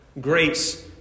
grace